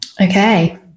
Okay